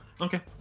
Okay